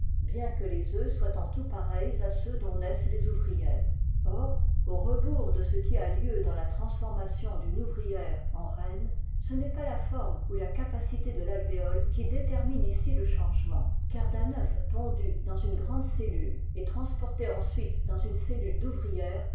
bien que les cents soient en tout pareils à ceux dont naissent les ouvrières or au rebours de ce qui a lieu dans la transformation d'une ouvrière en reine ce n'est pas la forme ou la capacité de l'alvéole qui détermine ici le changement car d'un œuf pondu dans une grande cellule et transporté ensuite dans une cellule d'ouvrière